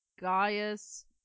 Gaius